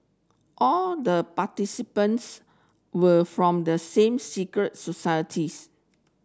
all the participants were from the same secret societies